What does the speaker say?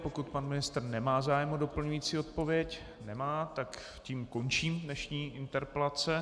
Pokud pan ministr nemá zájem o doplňující odpověď nemá tak tím končím dnešní interpelace.